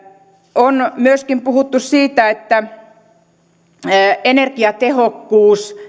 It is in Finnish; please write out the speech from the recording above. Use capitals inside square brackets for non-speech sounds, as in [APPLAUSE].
on myöskin puhuttu siitä että energiatehokkuus [UNINTELLIGIBLE]